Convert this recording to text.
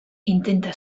intenta